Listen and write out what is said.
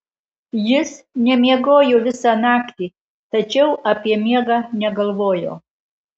jis nemiegojo visą naktį tačiau apie miegą negalvojo